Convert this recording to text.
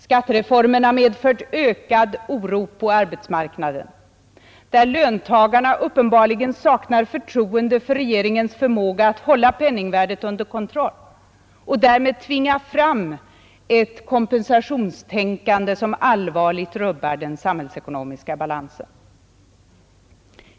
Skattereformen har medfört ökad oro på arbetsmarknaden, där löntagarna uppenbarligen saknar förtroende för regeringens förmåga att hålla penningsvärdet under kontroll och därmed tvingar fram ett kompensationstänkande som allvarligt rubbar den samhällsekonomiska balansen.